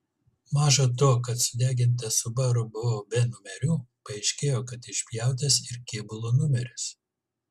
maža to kad sudegintas subaru buvo be numerių paaiškėjo kad išpjautas ir kėbulo numeris